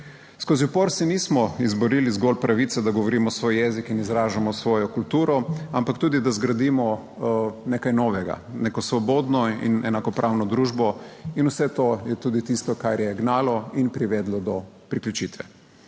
Skozi upor si nismo izborili zgolj pravice, da govorimo svoj jezik in izražamo svojo kulturo, ampak tudi, da zgradimo nekaj novega, neko svobodno in enakopravno družbo, in vse to je tudi tisto, kar je gnalo in privedlo do priključitve.